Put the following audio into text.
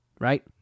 right